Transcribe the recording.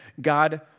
God